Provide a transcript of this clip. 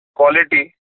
quality